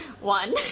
one